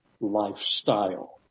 lifestyle